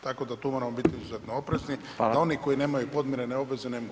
Tako da tu moramo biti izuzetno oprezni [[Upadica: Hvala.]] da oni koji nemaju podmirene obveze [[Upadica: Hvala lijepa.]] ne mogu